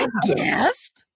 Gasp